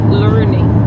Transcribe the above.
learning